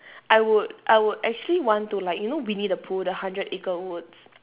I would I would actually want to like you know winnie the pooh the hundred acre woods